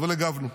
אבל הגבנו.